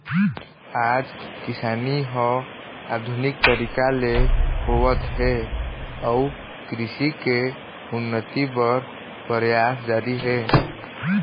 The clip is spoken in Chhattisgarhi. आज किसानी ह आधुनिक तरीका ले होवत हे अउ कृषि के उन्नति बर परयास जारी हे